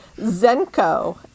Zenko